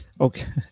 Okay